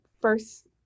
first